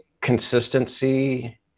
consistency